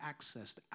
accessed